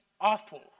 awful